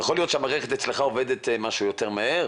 יכול להיות שהמערכת אצלך עובדת יותר מהר,